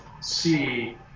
see